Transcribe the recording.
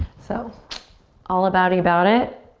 so all abouty-bout it.